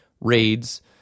raids